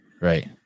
Right